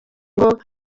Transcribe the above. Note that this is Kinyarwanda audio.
ngo